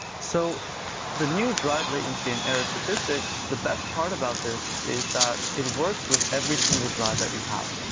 so the new drive latency and error statistics, the best part about this is that it works with every single drive that you have.